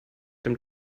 dem